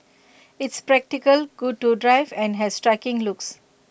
it's practical good to drive and has striking looks